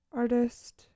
artist